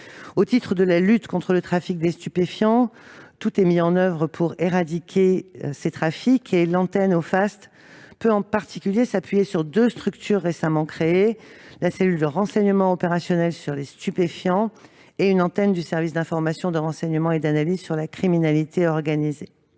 Au titre de la lutte contre le trafic de stupéfiants, tout est mis en oeuvre pour éradiquer ces trafics. L'antenne de l'Office anti-stupéfiants (Ofast) peut en particulier s'appuyer sur deux structures récemment créées : la cellule du renseignement opérationnel sur les stupéfiants (Cross) et une antenne du service d'information, de renseignement et d'analyse stratégique sur la criminalité organisée